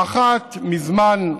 האחת מזמן רחוק,